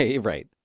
right